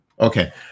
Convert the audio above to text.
okay